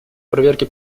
проверке